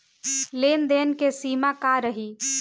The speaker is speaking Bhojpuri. लेन देन के सिमा का रही?